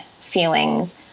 feelings